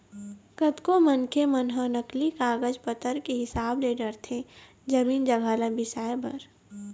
कतको मनखे मन ह नकली कागज पतर के हिसाब ले डरथे जमीन जघा ल बिसाए बर